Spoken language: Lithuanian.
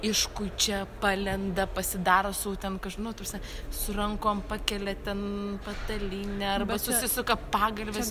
iškuičia palenda pasidaro sau ten nu ta prasme su rankom pakelia ten patalynę arba susisuka pagalves